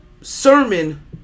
sermon